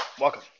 welcome